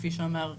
כפי שאמר אוהד.